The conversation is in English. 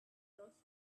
those